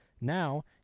Now